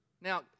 Now